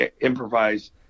improvise